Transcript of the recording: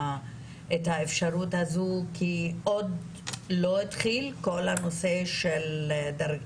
האפשרות הזו כי עוד לא התחיל כל הנושא של הדרגות.